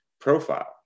profile